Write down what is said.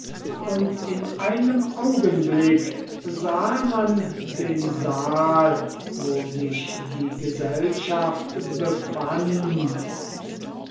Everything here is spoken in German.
und in einem augenblicke sahe man den saal wo sich die gesellschaft befand